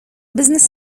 business